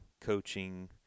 coaching